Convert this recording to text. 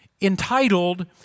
entitled